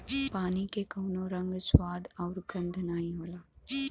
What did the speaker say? पानी के कउनो रंग, स्वाद आउर गंध नाहीं होला